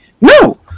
no